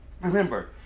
Remember